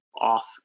off